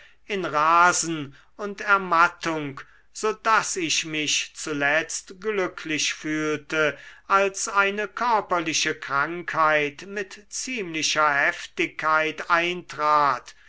in rasen und ermattung so daß ich mich zuletzt glücklich fühlte als eine körperliche krankheit mit ziemlicher heftigkeit eintrat